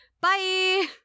Bye